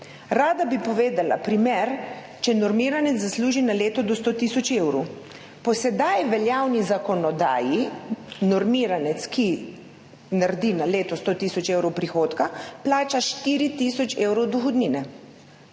Rada bi povedala primer. Če normiranec zasluži na leto do 100 tisoč evrov, po sedaj veljavni zakonodaji normiranec, ki naredi na leto 100 tisoč evrov prihodka, plača 4 tisoč evrov dohodnine.